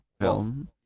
film